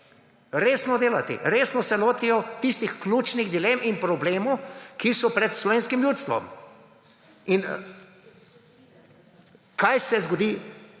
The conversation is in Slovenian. Resno delati. Resno se lotijo tistih ključnih dilem in problemov, ki so pred slovenskim ljudstvom. In kaj se zgodi